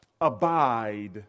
abide